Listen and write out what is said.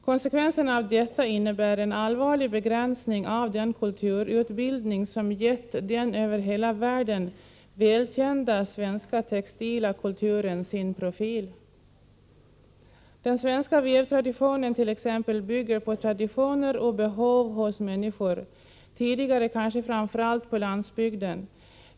Konsekvensen av detta blir en allvarlig begränsning av den kulturutbildning som gett den över hela världen välkända svenska textila kulturen ders profil. Den svenska vävtraditionen bygger t.ex. på traditioner och behov nos människor, tidigare framför allt på landsbygden.